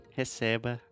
receba